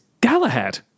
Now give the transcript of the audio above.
Galahad